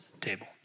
table